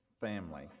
family